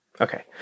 Okay